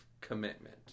commitment